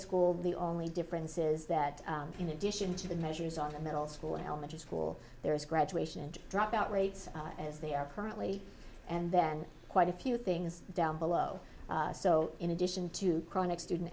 school the only difference is that in addition to the measures of a middle school and elementary school there is graduation and dropout rates as they are currently and then quite a few things down below so in addition to chronic student